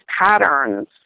patterns